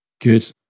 Good